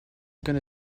going